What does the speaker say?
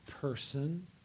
person